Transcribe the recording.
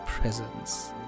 presence